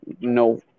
no